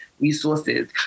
resources